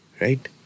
right